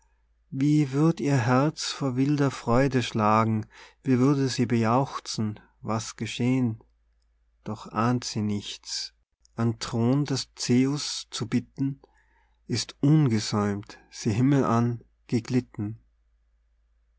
wie würd ihr herz vor wilder freude schlagen wie würde sie bejauchzen was geschehn doch ahnt sie nichts am thron des zeus zu bitten ist ungesäumt sie himmelan geglitten